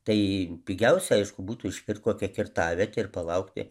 tai pigiausia aišku būtų išpirkt kokią kirtavietę ir palaukti